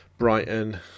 Brighton